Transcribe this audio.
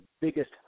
biggest